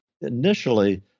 initially